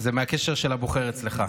זה מהקשר עם הבוחר שלך.